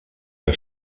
der